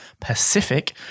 Pacific